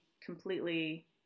completely